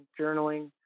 journaling